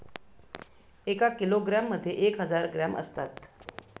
एका किलोग्रॅम मध्ये एक हजार ग्रॅम असतात